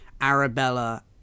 Arabella